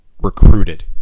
recruited